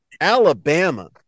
Alabama